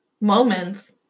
Moments